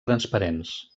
transparents